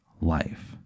life